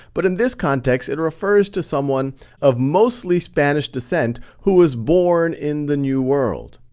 but in this context, it refers to someone of mostly spanish descent who was born in the new world.